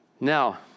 Now